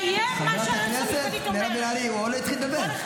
הכנסת מירב בן ארי, לאפשר לדבר.